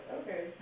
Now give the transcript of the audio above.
okay